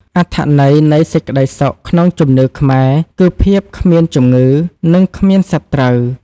អត្ថន័យនៃ សេចក្ដីសុខ ក្នុងជំនឿខ្មែរ គឺភាពគ្មានជំងឺ និងគ្មានសត្រូវ។